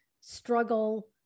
struggle